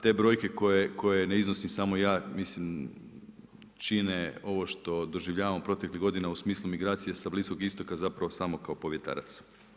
Te brojke koje ne iznosim samo ja, mislim, čine ovo što doživljavamo u proteklih godina u smislu migracije sa Bliskog Istoka je zapravo samo kao povjetarac.